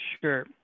Sure